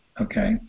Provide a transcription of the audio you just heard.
okay